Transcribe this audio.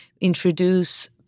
introduce